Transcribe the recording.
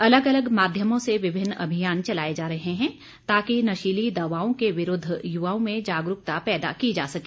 अलग अलग माध्यमों से विभिन्न अभियान चलाए जा रहे हैं ताकि नशीली दवाओं के विरूद्ध युवाओं में जागरूकता पैदा की जा सके